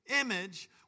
image